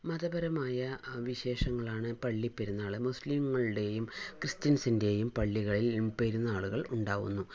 മതപരമായ ആ വിശേഷങ്ങളാണ് പള്ളിപ്പെരുന്നാള് മുസ്ലിംകളുടെയും ക്രിസ്ത്യൻസിൻ്റെയും പള്ളികളിൽ പെരുന്നാളുകൾ ഉണ്ടാകുന്നു